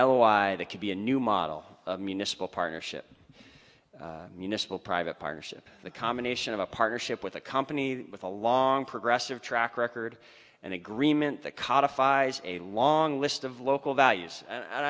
why that could be a new model municipal partnership municipal private partnership the combination of a partnership with a company with a long progressive track record and agreement that codified a long list of local values and